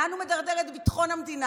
לאן הוא מדרדר את ביטחון המדינה?